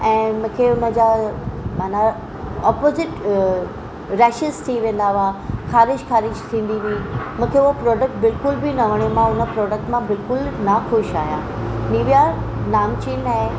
ऐं मूंखे हुनजा माना अपोज़िट रैशिस थी वेंदा हुया ख़ारिश ख़ारिश थींदी हुई मूंखे उहो प्रोडक्ट बिल्कुलु बि न वणियो मां उन प्रोडक्ट मां बिल्कुलु ना ख़ुशि आहियां निविया नामचीन आहे